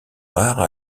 rare